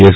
S